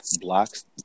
blocks